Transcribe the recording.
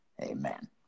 Amen